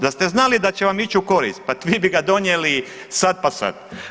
Da ste znali da će vam ići u korist pa i bi ga donijeli sad pa sad.